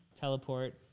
teleport